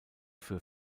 für